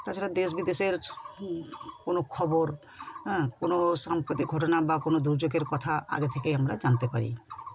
তাছাড়া দেশ বিদেশের কোনো খবর হ্যাঁ কোনো সাম্প্রতিক ঘটনা বা কোনো দুর্যোগের কথা আগে থেকে আমরা জানতে পারি